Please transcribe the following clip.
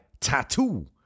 tattoo